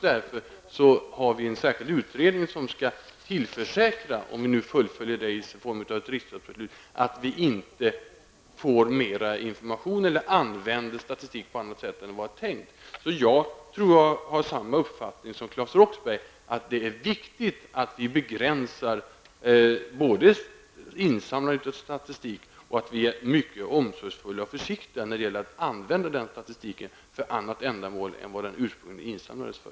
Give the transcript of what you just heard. Därför finns det en utredning som skall tillförsäkra, om den fullföljs i form av ett riksdagsbeslut, att statistik inte används på annat sätt än tänkt. Jag har samma uppfattning som Claes Roxbergh att det är viktigt att det sker en begränsning av insamlandet av statistik och att statistiken används på ett omsorgsfullt sätt och inte används för andra ändamål än vad den ursprungligen insamlats för.